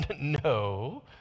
No